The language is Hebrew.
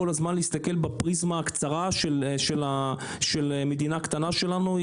הזמן להסתכל בפריזמה הקצרה של מדינה קטנה שלנו,